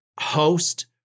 host